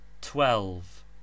Twelve